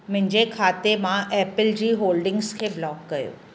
मुंहिंजे खाते मां एपिल जी होल्डिंग्स खे ब्लॉक कयो